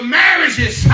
marriages